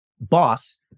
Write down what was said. boss